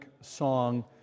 song